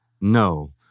no